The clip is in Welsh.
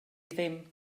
ddim